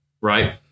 Right